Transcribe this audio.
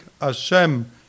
Hashem